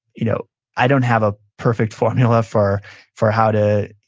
you know i don't have a perfect formula for for how to